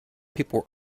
people